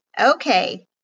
Okay